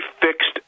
fixed